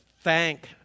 thank